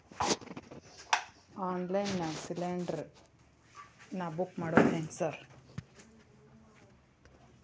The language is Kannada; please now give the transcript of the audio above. ಆನ್ಲೈನ್ ನಾಗ ಗ್ಯಾಸ್ ಸಿಲಿಂಡರ್ ನಾ ಬುಕ್ ಮಾಡೋದ್ ಹೆಂಗ್ರಿ ಸಾರ್?